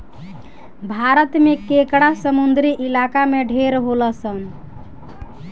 भारत में केकड़ा समुंद्री इलाका में ढेर होलसन